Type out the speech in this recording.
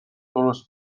درست